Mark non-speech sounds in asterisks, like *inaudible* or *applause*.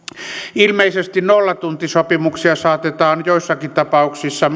ilmeisesti nollatuntisopimuksia saatetaan joissakin tapauksissa *unintelligible*